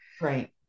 right